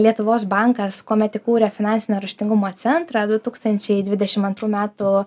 lietuvos bankas kuomet įkūrė finansinio raštingumo centrą du tūkstančiai dvidešim antrų metų